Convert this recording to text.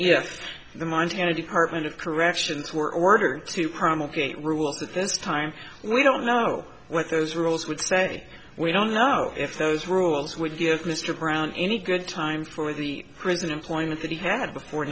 if the montana department of corrections were ordered to promulgate rules at this time we don't know what those rules would say we don't know if those rules would give mr brown any good time for the prison employment that he had before